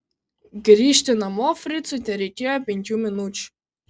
grįžti namo fricui tereikėjo penkių minučių